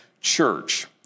church